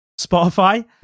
Spotify